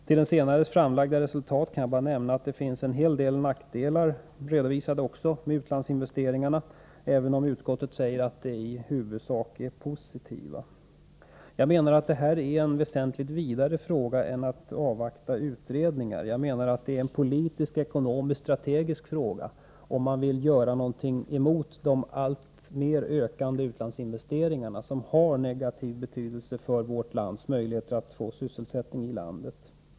Till denna utrednings framlagda resultat kan jag bara nämna att det också finns redovisat en hel del nackdelar med utlandsinvesteringarna, även om utskottet säger att effekterna i huvudsak är positiva. Jag menar att det handlar om en väsentligt vidare fråga än att avvakta utredningar. Det är en politisk-ekonomisk-strategisk fråga om man vill göra någonting emot de alltmer ökande utlandsinvesteringarna, som har negativ betydelse för möjligheterna till sysselsättning i landet.